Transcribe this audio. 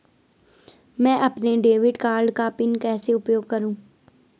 मैं अपने debit card का पिन कैसे उपयोग करूँ?